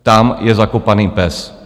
Tam je zakopaný pes.